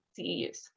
CEUs